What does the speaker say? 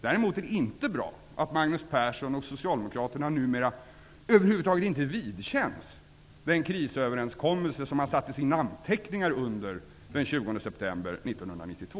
Däremot är det inte bra att Magnus Persson och socialdemokraterna numera över huvud taget inte vidkänns den krisöverenskommelse som man satte sina namnteckningar under den 20 september 1992.